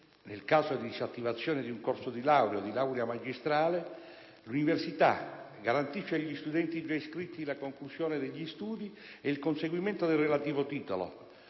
nel caso di disattivazione di un corso di laurea o di laurea magistrale, che l'Università garantisca agli studenti già iscritti la conclusione degli studi e il conseguimento del relativo titolo,